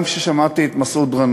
גם כששמעתי את חבר הכנסת מסעוד גנאים,